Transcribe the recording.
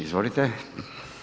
Izvolite.